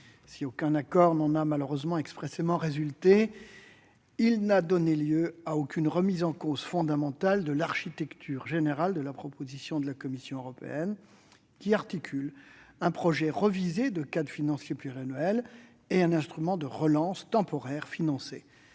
Si aucun accord n'en a malheureusement expressément résulté, il n'a donné lieu à aucune remise en cause fondamentale de l'architecture générale de la proposition de la Commission européenne qui articule un projet révisé de cadre financier pluriannuel et un instrument de relance temporaire financé